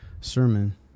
sermon